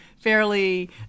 fairly